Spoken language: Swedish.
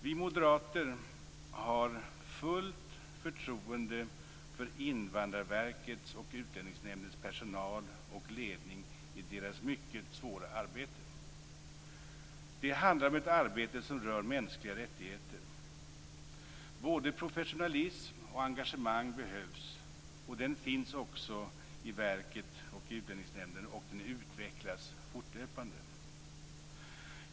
Vi moderater har fullt förtroende för Invandrarverkets och Utlänningsnämndens personal och ledning i deras mycket svåra arbete. Det handlar om ett arbete som rör mänskliga rättigheter. Både professionalism och engagemang behövs. Det finns också i verket och Utlänningsnämnden, och det utvecklas fortlöpande.